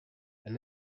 and